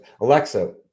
alexa